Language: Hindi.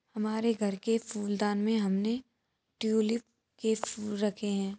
हमारे घर के फूलदान में हमने ट्यूलिप के फूल रखे हैं